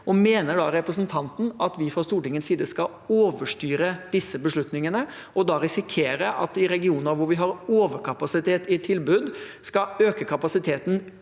Mener da representanten at vi fra Stortingets side skal overstyre disse beslutningene og risikere at vi i regioner hvor vi har overkapasitet i tilbud, skal øke kapasiteten